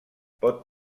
pot